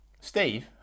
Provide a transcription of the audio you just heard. Steve